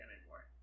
anymore